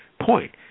point